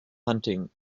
hunting